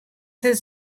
his